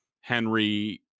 Henry